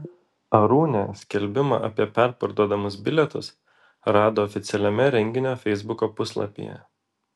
arūnė skelbimą apie perparduodamus bilietus rado oficialiame renginio feisbuko puslapyje